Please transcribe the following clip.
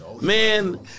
man